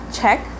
check